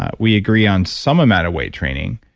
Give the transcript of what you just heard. ah we agree on some amount of weight training.